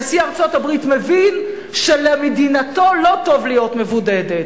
נשיא ארצות-הברית מבין שלמדינתו לא טוב להיות מבודדת,